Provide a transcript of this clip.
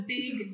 big